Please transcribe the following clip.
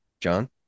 John